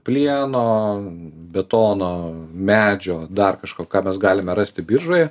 plieno betono medžio dar kažko ką mes galime rasti biržoje